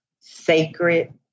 sacred